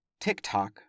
TikTok